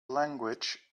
language